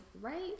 right